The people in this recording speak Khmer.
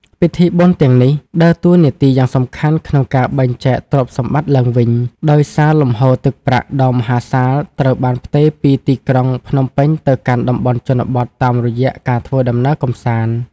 ពិធីបុណ្យទាំងនេះដើរតួនាទីយ៉ាងសំខាន់ក្នុងការបែងចែកទ្រព្យសម្បត្តិឡើងវិញ ដោយសារលំហូរទឹកប្រាក់ដ៏មហាសាលត្រូវបានផ្ទេរពីទីក្រុងភ្នំពេញទៅកាន់តំបន់ជនបទតាមរយៈការធ្វើដំណើរកម្សាន្ត។